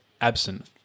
absent